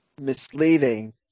Misleading